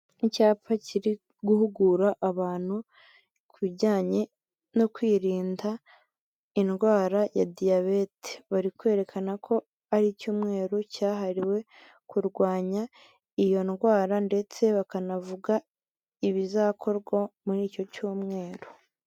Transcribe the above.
Icyapa kiri guhugura abantu ku bijyanye no kwirinda indwara ya diyabete, bari kwerekana ko ari icyumweru cyahariwe kurwanya iyo ndwara ndetse bakanavuga ibizakorwa muri icyo cyumweru.